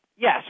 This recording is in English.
Yes